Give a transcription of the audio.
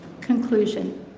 Conclusion